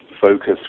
focus